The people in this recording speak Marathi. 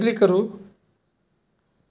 काळया बाजाराक छुपी अर्थ व्यवस्था म्हणतत